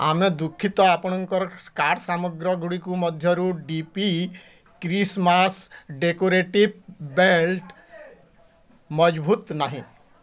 ଆମେ ଦୁଃଖିତ ଆପଣଙ୍କର କାର୍ଟ୍ ସାମଗ୍ରଗୁଡ଼ିକ ମଧ୍ୟରୁ D P Christmas decorative belt ମଜବୁତ ନାହିଁ